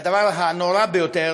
והדבר הנורא ביותר,